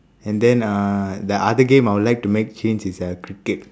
and then uh the other game I would like to change is uh cricket